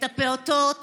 את הפעוטות